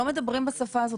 לא מדברים בשפה הזאת,